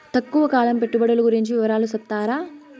తక్కువ కాలం పెట్టుబడులు గురించి వివరాలు సెప్తారా?